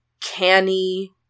canny